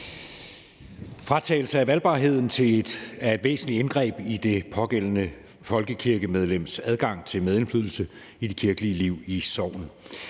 Fratagelse af valgbarheden er et væsentligt indgreb i det pågældende folkekirkemedlems adgang til medindflydelse på det kirkelige liv i sognet.